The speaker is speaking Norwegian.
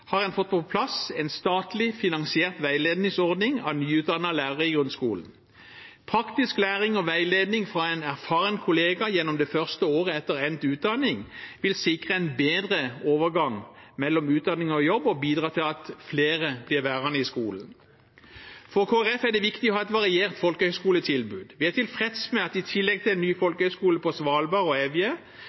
har fått på plass en statlig finansiert veiledningsordning av nyutdannede lærere i grunnskolen. Praktisk læring og veiledning fra en erfaren kollega gjennom det første året etter endt utdanning vil sikre en bedre overgang mellom utdanning og jobb og bidra til at flere blir værende i skolen. For Kristelig Folkeparti er det viktig å ha et variert folkehøyskoletilbud. Vi er tilfreds med at vi i tillegg til nye folkehøyskoler på Svalbard og Evje